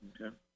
Okay